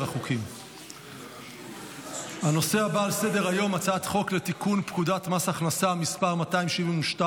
אני קובע כי הצעת חוק שוויון זכויות לאנשים עם מוגבלות (תיקון מס' 25),